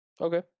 Okay